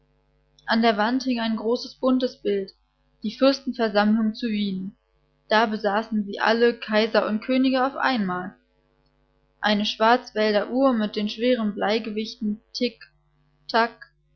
an der wand hing ein großes buntes bild die fürstenversammlung zu wien da besaßen sie alle kaiser und könige auf einmal eine schwarzwälder uhr mit den schweren bleigewichten tik tak